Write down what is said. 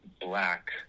Black